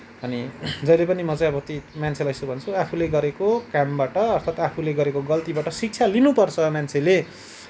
अनि जहिले पनि म चाहिँ ती मान्छेलाई यसो भन्छु अफूले गरेको कामबाट अर्थात आफूले गरेको गल्तीबाट शिक्षा लिनुपर्छ मान्छेले